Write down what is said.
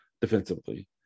defensively